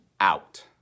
out